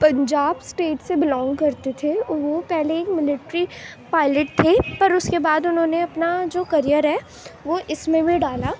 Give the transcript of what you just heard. Punjab state سے belong کرتے تھے اور وہ پہلے ایک ملیٹری پائلیٹ تھے پر اس کے بعد انہوں نے اپنا جو کریر ہے وہ اس میں بھی ڈالا